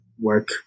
work